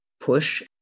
push